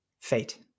fate